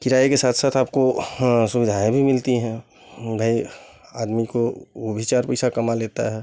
किराए के साथ साथ आपको हाँ सुविधाएँ भी मिलती हैं भई आदमी को वो भी चार पैसा कमा लेता है